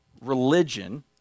religion